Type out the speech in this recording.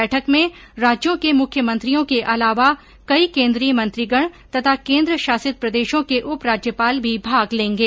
बैठक में राज्यों के मुख्यमंत्रियों के अलावा कई केंद्रीय मंत्रीगण तथा केंद्र शासित प्रदेशों के उपराज्यपाल भी भाग लेंगे